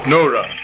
Nora